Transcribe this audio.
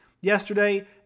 Yesterday